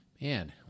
Man